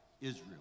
Israel